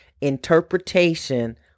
interpretation